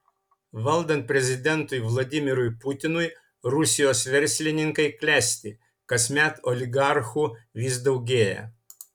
valdant prezidentui vladimirui putinui rusijos verslininkai klesti kasmet oligarchų vis daugėja